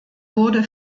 wurde